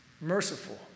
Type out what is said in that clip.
merciful